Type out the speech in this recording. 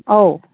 ꯑꯧ